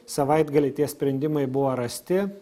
savaitgalį tie sprendimai buvo rasti